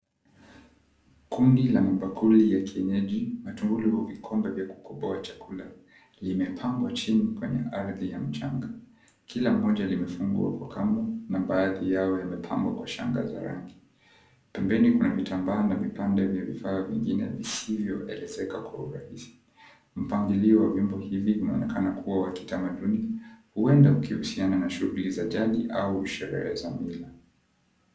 Kundi la mabakuli ya kienyeji na tanguli la vikombe vya kukoboa chakula limepangwa chini kwenye ardhi ya mchanga. Kila moja limefungwa kwa kamba na baadhi yao yamepambwa kwa shanga za rangi. Pembeni kuna vitambaa na vipande vya vifaa vingine visivyoelezeka kwa urahisi. Mpangilio wa vyumba hivi vinaonekana kua vya kitamaduni, huenda ukihusiana na shughuli za jadi au sherehe za mila.